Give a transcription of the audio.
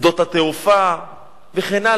שדות התעופה וכן הלאה,